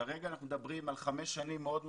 כרגע אנחנו מדברים על חמש שנים מאוד משמעותיות.